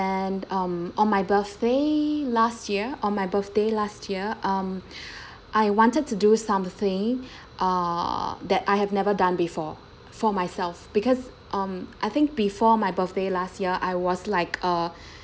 and um on my birthday last year on my birthday last year um I wanted to do something uh that I have never done before for myself because um I think before my birthday last year I was like a